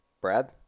Brad